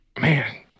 man